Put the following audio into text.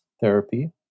therapy